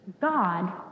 God